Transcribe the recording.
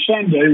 Sunday